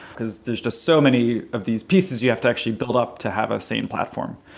because there's just so many of these pieces you have to actually build up to have a same platform.